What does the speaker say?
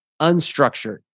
unstructured